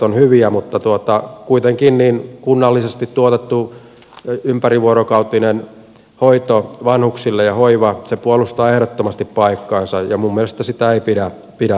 ovat hyviä mutta kuitenkin kunnallisesti tuotettu ympärivuorokautinen hoito ja hoiva vanhuksille puolustaa ehdottomasti paikkaansa ja minun mielestäni sitä ei pidä ajaa alas